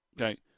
okay